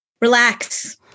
Relax